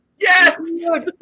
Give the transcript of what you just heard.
Yes